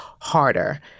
harder